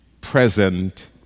present